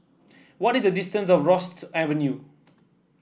what is the distance Rosyth Avenue